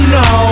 no